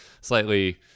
slightly